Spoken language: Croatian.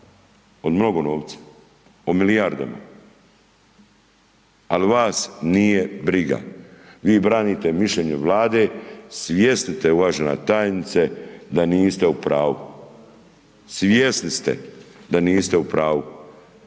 o mnogo novca. O milijardama. Ali vas nije briga. Vi branite mišljenje Vlade, svjesni ste uvažena tajnice da niste u pravu. Svjesni ste da niste u pravu.